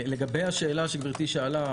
לגבי השאלה שגברתי שאלה,